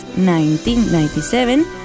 1997